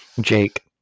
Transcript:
Jake